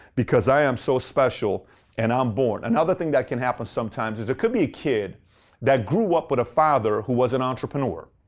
because i am so special and i'm born. another thing that can happen sometimes is you could be a kid that grew up with a father who was an entrepreneur.